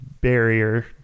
barrier